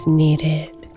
needed